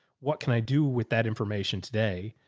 what can i do with that information today?